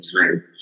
time